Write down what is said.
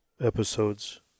episodes